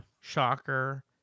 shocker